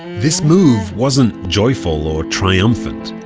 this move wasn't joyful or triumphant.